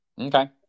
Okay